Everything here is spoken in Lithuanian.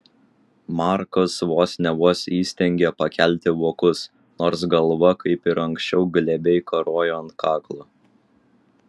markas vos ne vos įstengė pakelti vokus nors galva kaip ir anksčiau glebiai karojo ant kaklo